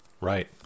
Right